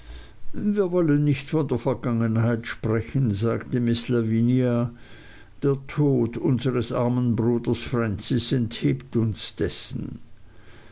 wir wollen nicht von der vergangenheit sprechen sagte miß lavinia der tod unseres armen bruders francis enthebt uns dessen